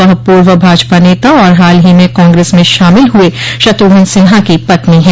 वह पूर्व भाजपा नेता और हाल ही में कांग्रेस में शामिल हुए शत्रुघन सिन्हा की पत्नी हैं